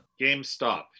GameStop